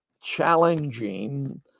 challenging